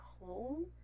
home